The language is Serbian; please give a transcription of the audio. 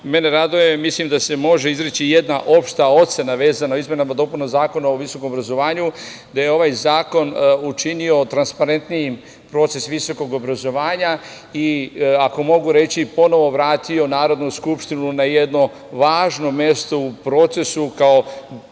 mene raduje, mislim da se može izreći jedna opšta ocena vezano za izmene i dopune Zakona o visokom obrazovanju, da je ovaj zakon učinio transparentnijim proces visokog obrazovanja i, ako mogu reći, ponovo vratio Narodnu skupštinu na jedno važno mesto u procesu